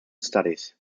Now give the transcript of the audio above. studies